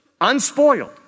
unspoiled